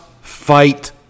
Fight